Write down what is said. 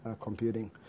computing